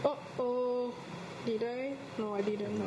uh oh did I no I didn't